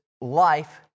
life